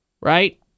right